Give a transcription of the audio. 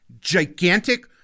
gigantic